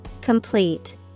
Complete